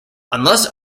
unless